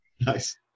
Nice